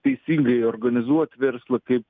teisingai organizuot verslą kaip